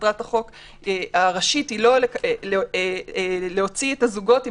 מטרת החוק הראשית היא לא להוציא את הזוגות עם